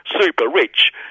super-rich